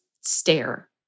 stare